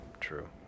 true